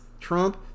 Trump